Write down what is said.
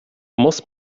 muss